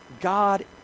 God